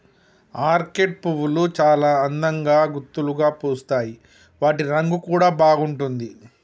orchid పువ్వులు చాల అందంగా గుత్తులుగా పూస్తాయి వాటి రంగు కూడా బాగుంటుంది